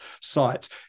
sites